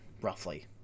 roughly